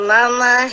Mama